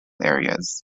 areas